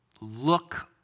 look